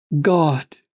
God